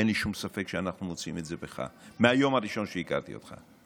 אין לי שום ספק שאנחנו מוצאים את זה בך מהיום הראשון שהכרתי אותך.